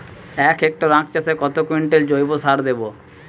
এক হেক্টরে আখ চাষে কত কুইন্টাল জৈবসার দেবো?